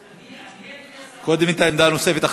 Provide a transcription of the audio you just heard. נלך לעמדה נוספת.